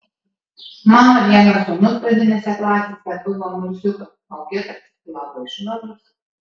mano vienas sūnus pradinėse klasėse buvo murziukas o kitas labai švarus